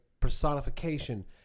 personification